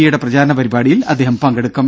എയുടെ പ്രചാരണ പരിപാടിയിൽ അദ്ദേഹം പങ്കെടുക്കും